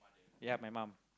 ya my mum